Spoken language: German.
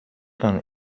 kann